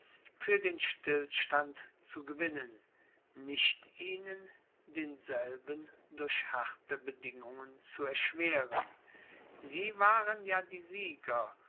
für den stillstand zu gewinnen nicht ihnen denselben durch harte bedingungen zu erschweren sie waren ja die sieger